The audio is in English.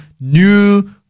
new